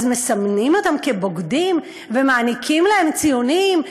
אז מסמנים אותם כבוגדים ומעניקים להם ציונים,